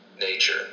nature